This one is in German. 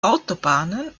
autobahnen